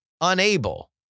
unable